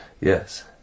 Yes